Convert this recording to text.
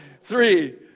Three